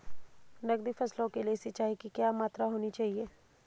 नकदी फसलों के लिए सिंचाई की क्या मात्रा होनी चाहिए?